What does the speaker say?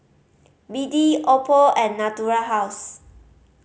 B D Oppo and Natura House